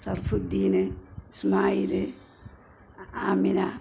Sharafuddin Ismail Amina